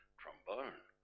trombone